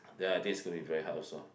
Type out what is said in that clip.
then I think it's going to be very hard also